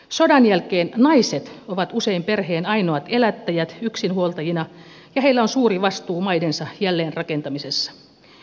sodan jälkeen naiset ovat usein perheen ainoat elättäjät yksinhuoltajina ja heillä on suuri vastuu maidensa jälleenrakentamisessa